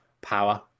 power